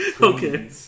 okay